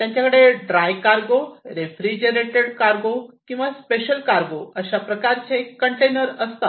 त्यांच्याकडे dry cargo refrigerated cargo किंवा special cargo अशा प्रकारचे कंटेनर असतात